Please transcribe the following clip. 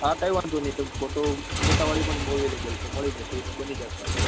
હા કઈ વાંધો નહીં તમ ફોટો ફોટાવાળી પણ અવેલેબલ છે મળી જશે એ તો બની જશે આપણે